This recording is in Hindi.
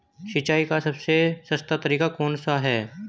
सिंचाई का सबसे सस्ता तरीका कौन सा है?